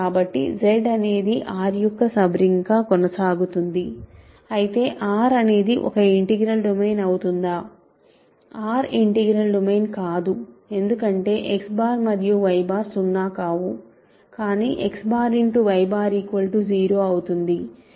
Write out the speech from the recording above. కాబట్టి Z అనేది R యొక్క సబ్ రింగ్గా కొనసాగుతుంది అయితే R అనేది ఒక ఇంటిగ్రల్ డొమైన్ అవుతుందా R ఇంటిగ్రల్ డొమైన్ కాదు ఎందుకంటే X మరియు Yబార్ సున్నా కావు కానీ XY0అవుతుంది